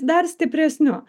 dar stipresniu